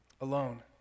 alone